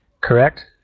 Correct